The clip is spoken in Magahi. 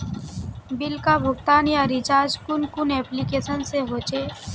बिल का भुगतान या रिचार्ज कुन कुन एप्लिकेशन से होचे?